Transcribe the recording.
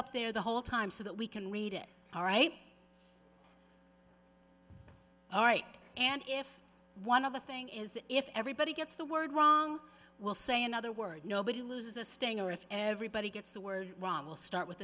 up there the whole time so that we can read it all right all right and if one of the thing is that if everybody gets the word wrong we'll say another word nobody loses a stanger if everybody gets the word wrong we'll start with